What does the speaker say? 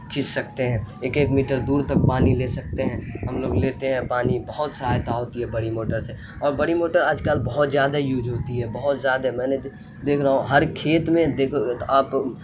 کھینچ سکتے ہیں ایک ایک میٹر دور تک پانی لے سکتے ہیں ہم لوگ لیتے ہیں پانی بہت سہایتا ہوتی ہے بڑی موٹر سے اور بڑی موٹر آج کل بہت زیادہ یوج ہوتی ہے بہت زیادہ میں نے دیکھ رہا ہوں ہر کھیت میں دیکھوگے تو